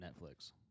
Netflix